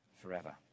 forever